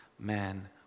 man